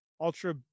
Ultra